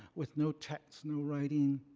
with no text, no writing.